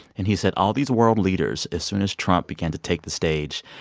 and he said, all these world leaders, as soon as trump began to take the stage,